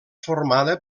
formada